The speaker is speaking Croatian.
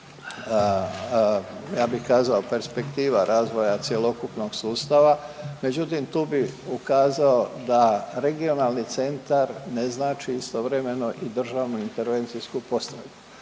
ja bih kazao perspektiva razvoja cjelokupnog sustava. Međutim, tu bi ukazao da regionalni centar ne znači istovremeno i državnu intervenciju postrojbu.